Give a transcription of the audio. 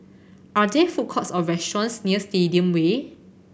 are there food courts or restaurants near Stadium Way